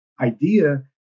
idea